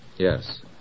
Yes